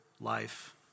life